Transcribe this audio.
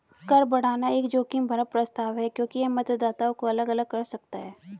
कर बढ़ाना एक जोखिम भरा प्रस्ताव है क्योंकि यह मतदाताओं को अलग अलग कर सकता है